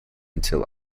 until